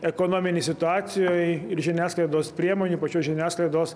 ekonominėj situacijoj ir žiniasklaidos priemonių pačios žiniasklaidos